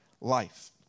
life